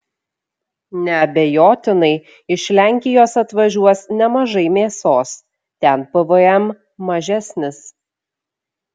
neabejotinai iš lenkijos atvažiuos nemažai mėsos ten pvm mažesnis